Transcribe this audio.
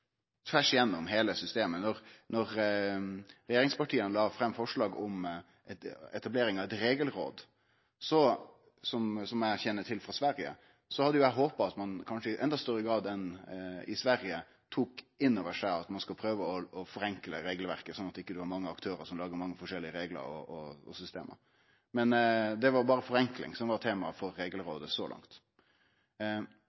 tvers igjennom heile systemet. Da regjeringspartia la fram forslag om etablering av eit regelråd, som eg kjenner til frå Sverige, hadde eg håpa at ein i kanskje enda større grad enn i Sverige tok inn over seg at ein skal prøve å forenkle regelverket, sånn at ein ikkje har mange aktørar som lagar mange forskjellige reglar og system. Men det er berre forenkling som har vore tema for